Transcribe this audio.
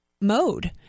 mode